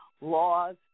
laws